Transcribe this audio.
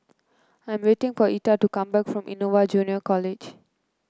I'm waiting for Etha to come back from Innova Junior College